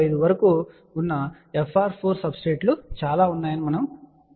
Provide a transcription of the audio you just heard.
025 వరకు ఉన్న FR4 substrate లు చాలా ఉన్నాయి అని ప్రస్తావిస్తున్నాను